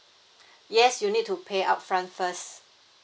yes you need to pay upfront first